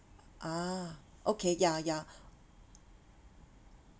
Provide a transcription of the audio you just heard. ah okay ya ya